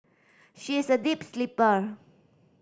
she is a deep sleeper